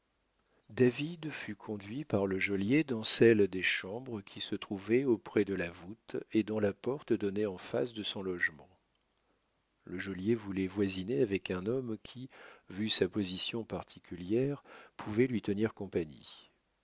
david fut conduit par le geôlier dans celle des chambres qui se trouvait auprès de la voûte et dont la porte donnait en face de son logement le geôlier voulait voisiner avec un homme qui vu sa position particulière pouvait lui tenir compagnie